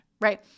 right